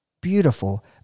beautiful